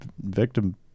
victim